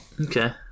okay